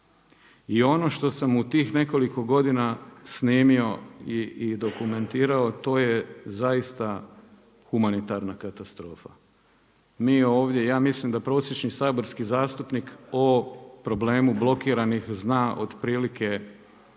I ono što sam u tih nekoliko godina snimio i dokumentirao, to je zaista humanitarna katastrofa. Ja mislim da prosječni saborski zastupnik, o problemu blokiranih zna otprilike,